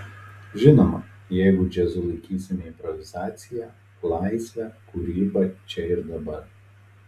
žinoma jeigu džiazu laikysime improvizaciją laisvę kūrybą čia ir dabar